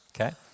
Okay